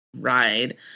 ride